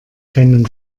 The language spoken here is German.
keinen